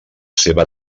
seva